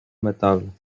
metalu